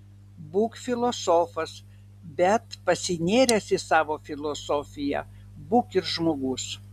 būk filosofas bet pasinėręs į savo filosofiją būk ir žmogus